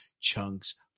Chunks